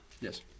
Yes